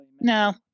no